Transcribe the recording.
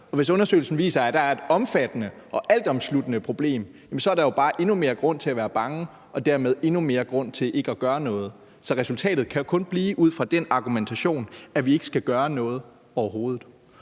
hvis undersøgelsen viser, at der er et omfattende og altomsluttende problem, så er der jo bare endnu mere grund til at være bange og dermed endnu mere grund til ikke at gøre noget. Så resultatet kan jo ud fra den argumentation kun blive, at vi overhovedet